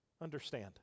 understand